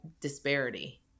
disparity